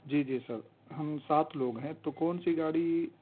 جی جی سر ہم سات لوگ ہیں تو کون سی گاڑی